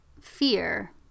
fear